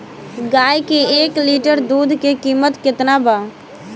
गाय के एक लीटर दुध के कीमत केतना बा?